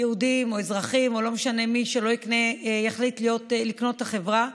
יהודים או אזרחים או לא משנה מי שיחליט לקנות את החברה,